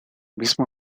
mismo